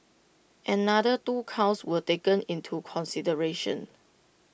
another two counts were taken into consideration